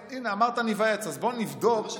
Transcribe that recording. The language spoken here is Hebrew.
הינה, אמרת ניוועץ, אז בוא נבדוק, זה מה שכתוב.